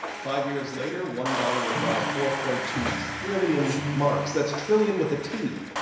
five years later, one dollar would buy four point two trillion marks! that's trillion, with a t!